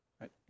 right